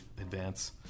advance